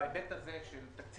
בהיבט של תקציב